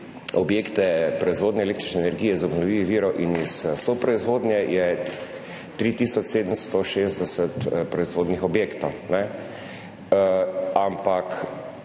objekte proizvodnje električne energije iz obnovljivih virov in iz soproizvodnje je 3 tisoč 760 proizvodnih objektov. Ampak,